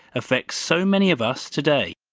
affects so many of us today.